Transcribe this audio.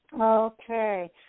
okay